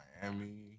Miami